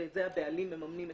ואת זה מממנים הבעלים,